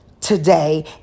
today